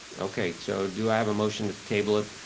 okay, so do i have a motion to table it?